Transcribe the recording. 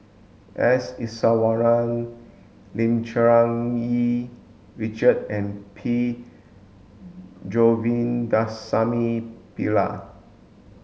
S Iswaran Lim Cherng Yih Richard and P Govindasamy Pillai